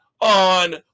on